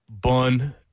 bun